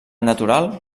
natural